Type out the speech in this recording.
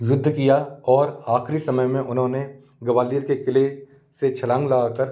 युद्ध किया और आख़री समय में उन्होंने ग्वालियर के क़िले से छलांग लगा कर